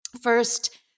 First